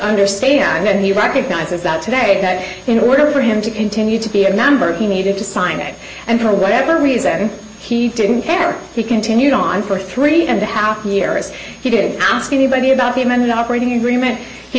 understand the recognizes that today in order for him to continue to be a member he needed to sign it and for whatever reason he didn't care he continued on for three and a half year as he did ask anybody about the man operating agreement he